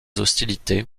hostilités